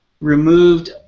removed